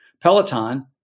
Peloton